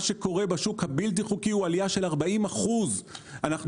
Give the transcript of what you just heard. מה שקורה בשוק הבלתי חוקי הוא עלייה של 40%. אנחנו